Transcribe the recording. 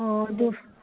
ꯑꯣ ꯑꯗꯨ